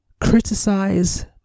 criticize